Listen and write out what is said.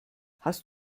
hast